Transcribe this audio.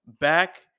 back